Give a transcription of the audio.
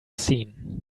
seen